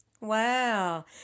Wow